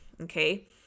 Okay